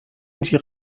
جیغ